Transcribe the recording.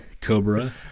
Cobra